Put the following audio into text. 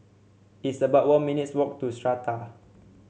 it's about one minutes' walk to Strata